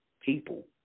people